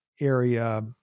area